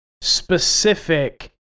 specific